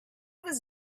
was